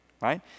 right